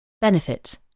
Benefits